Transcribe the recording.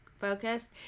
focused